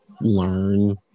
learn